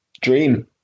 dream